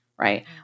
Right